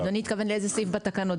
אדוני התכוון באיזה סעיף בתקנות?